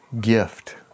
gift